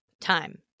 time